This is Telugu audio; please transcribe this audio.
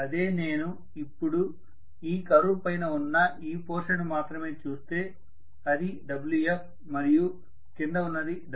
అదే నేను ఇపుడు ఈ కర్వ్ పైన ఉన్న ఈ పోర్షన్ మాత్రమే చూస్తే అది Wf మరియు కింద ఉన్నది Wf